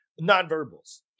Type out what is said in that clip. nonverbals